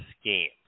scheme